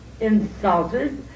insulted